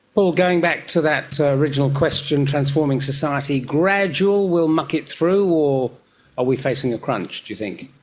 paul, going back to that original question, transforming society, gradual will muck it through or are we facing a crunch, do you think?